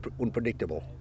unpredictable